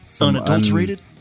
Unadulterated